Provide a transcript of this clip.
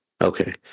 Okay